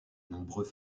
nombreux